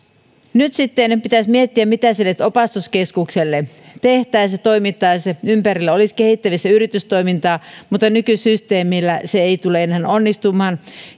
nyt sitten pitäisi miettiä mitä sille opastuskeskukselle tehtäisiin ja miten toimittaisiin ympärillä olisi kehittämis ja yritystoimintaa mutta nykysysteemillä se ei tule enää onnistumaan